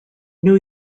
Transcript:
new